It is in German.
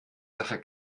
sache